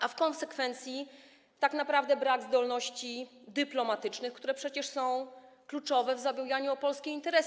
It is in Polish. A w konsekwencji tak naprawdę brak zdolności dyplomatycznych, które są przecież kluczowe w zabieganiu o polskie interesy.